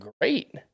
great